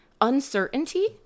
uncertainty